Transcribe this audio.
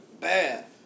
Bad